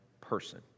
person